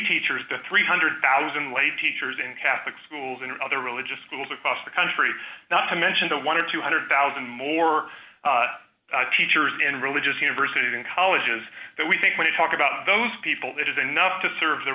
teachers the three hundred thousand lay teachers in catholic schools and other religious schools across the country not to mention the one or two hundred thousand more teachers in religious universities and colleges that we think when you talk about those people that is enough to serve their